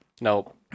no